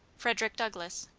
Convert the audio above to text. fredk. douglass.